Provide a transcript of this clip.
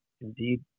indeed